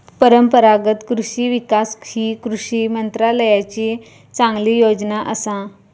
परंपरागत कृषि विकास ही कृषी मंत्रालयाची चांगली योजना असा